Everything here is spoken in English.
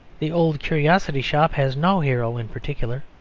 the old curiosity shop has no hero in particular.